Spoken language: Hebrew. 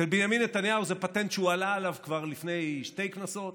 אצל בנימין נתניהו זה פטנט שהוא עלה עליו כבר לפני שתי כנסות